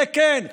זה כן,